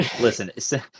Listen